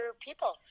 people